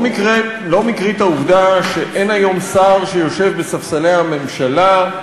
לא מקרית העובדה שאין היום שר שיושב בספסלי הממשלה,